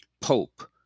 Pope